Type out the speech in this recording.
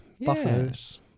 Buffaloes